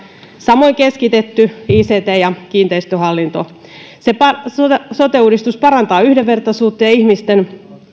samoin tulee keskitetty ict ja kiinteistöhallinto sote uudistus parantaa yhdenvertaisuutta ja ihmisten